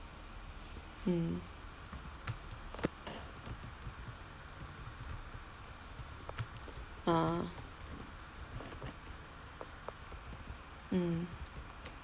mm ah mm